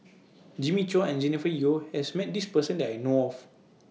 Jimmy Chua and Jennifer Yeo has Met This Person that I know of